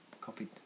copied